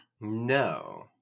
No